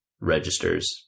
registers